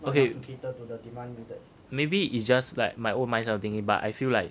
okay maybe it's just my own mindset of thinking but I feel like